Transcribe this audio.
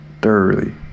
thoroughly